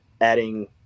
adding